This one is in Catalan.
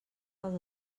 pels